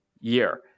year